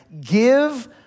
give